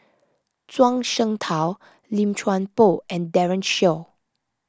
Zhuang Shengtao Lim Chuan Poh and Daren Shiau